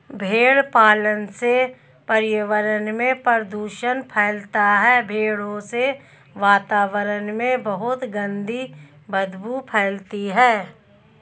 भेड़ पालन से पर्यावरण में प्रदूषण फैलता है भेड़ों से वातावरण में बहुत गंदी बदबू फैलती है